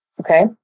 Okay